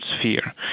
sphere